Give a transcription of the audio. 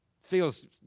Feels